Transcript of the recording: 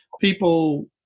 people